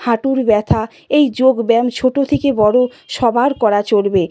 হাঁটুর ব্যথা এই যোগ ব্যায়াম ছোটো থেকে বড় সবার করা চলবে